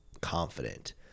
confident